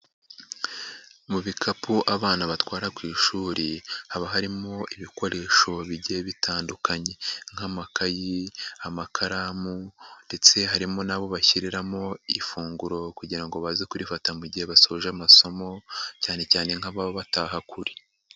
Mu bikapu abana batwara ku ishuri haba harimo ibikoresho bigiye bitandukanye nk'amakayi, amakaramu ndetse harimo n'abo bashyiriramo ifunguro kugira ngo baze kurifata mu gihe basoje amasomo cyane cyane nk'ababa bataha kure.